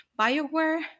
Bioware